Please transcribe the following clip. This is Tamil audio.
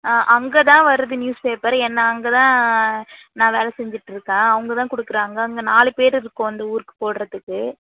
ஆ அங்கே தான் வருது நியூஸ் பேப்பர் என்னை அங்கே தான் நான் வேலை செஞ்சுட்ருக்கேன் அவங்கதான் கொடுக்குறாங்க அங்கே நாலு பேர் இருக்கோம் இந்த ஊருக்கு போடுகிறதுக்கு